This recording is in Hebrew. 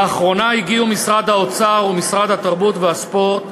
לאחרונה הגיעו משרד האוצר ומשרד התרבות והספורט,